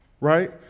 right